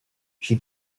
she